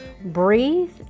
breathe